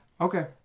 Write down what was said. Okay